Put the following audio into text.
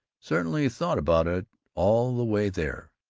certainly he thought about it all the way there.